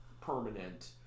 permanent